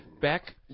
back